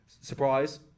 Surprise